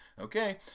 okay